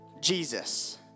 jesus